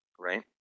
Right